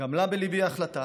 גמלה בליבי החלטה